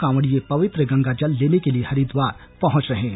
कांवडिये पवित्र गंगा जल लेने के लिये हरिद्वार पहंच रहे हैं